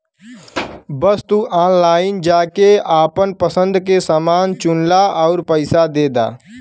बस तू ऑनलाइन जाके आपन पसंद के समान चुनला आउर पइसा दे दा